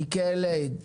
נשיא "קלא" ישראל,